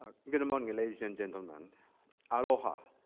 ah good morning ladies and gentlemen aloha